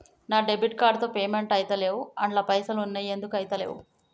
నా debit card తో payment ఐతలేవ్ అండ్ల పైసల్ ఉన్నయి ఎందుకు ఐతలేవ్?